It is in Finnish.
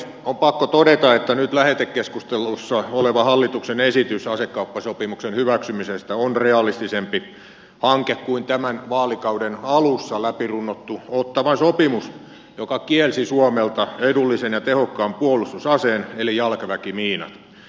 on pakko todeta että nyt lähetekeskustelussa oleva hallituksen esitys asekauppasopimuksen hyväksymisestä on realistisempi hanke kuin tämän vaalikauden alussa läpi runnottu ottawan sopimus joka kielsi suomelta edullisen ja tehokkaan puolustusaseen eli jalkaväkimiinat